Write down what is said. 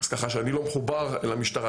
אז ככה שאני לא מחובר למשטרה.